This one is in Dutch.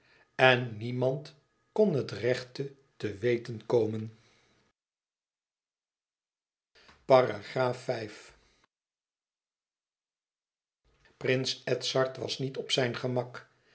en niemand kon het rechte te weten komen prins edzard was niet op zijn gemak